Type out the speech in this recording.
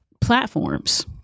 platforms